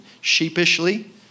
sheepishly